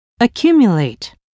accumulate